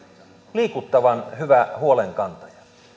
liikuttavan hyvä huolenkantaja